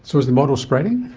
so is the model spreading?